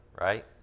right